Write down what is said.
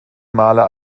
male